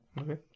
Okay